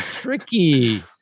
tricky